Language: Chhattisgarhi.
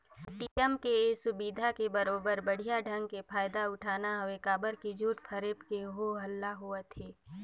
ए.टी.एम के ये सुबिधा के बरोबर बड़िहा ढंग के फायदा उठाना हवे काबर की झूठ फरेब के हो हल्ला होवथे